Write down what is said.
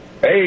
Hey